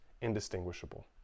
indistinguishable